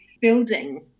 building